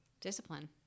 Discipline